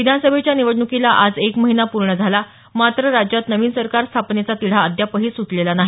विधानसभेच्या निवडणुकीला आज एक महिना पूर्ण झाला मात्र राज्यात नवीन सरकार स्थापनेचा तिढा अद्यापही सुटलेला नाही